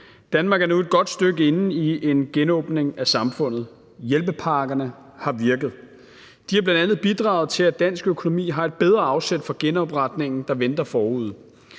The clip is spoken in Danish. Danmark er nu et godt stykke inde i en genåbning af samfundet. Hjælpepakkerne har virket. De har bl.a. bidraget til, at dansk økonomi har et bedre afsæt for genopretningen, der venter forude.